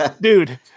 dude